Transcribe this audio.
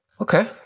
Okay